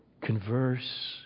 converse